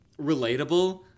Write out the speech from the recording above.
relatable